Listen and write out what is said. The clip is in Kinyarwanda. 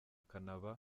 akanaba